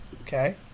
Okay